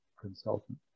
consultant